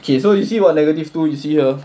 okay so you see what negative two you see here